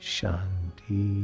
Shanti